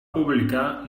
publicar